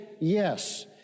yes